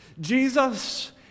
Jesus